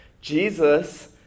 Jesus